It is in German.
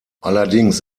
allerdings